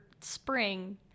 spring